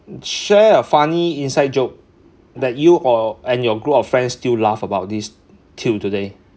share a funny inside joke that you or and your group of friends still laugh about this till today